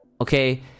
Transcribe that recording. okay